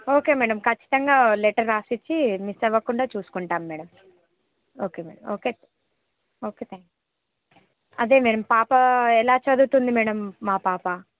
okay madam ఖచ్చితంగా letter రాసిచ్చి miss అవ్వకుండా చూసుకుంటాం madam okay madam okay okay thank అదే మేడమ్ పాప ఎలా చదువుతుంది మేడమ్ మా పాప